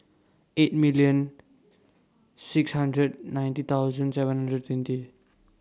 eight million six hundred ninety thousand seven hundred twenty